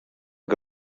que